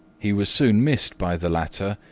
he was soon missed by the latter,